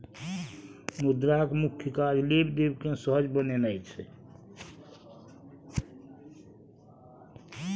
मुद्राक मुख्य काज लेब देब केँ सहज बनेनाइ छै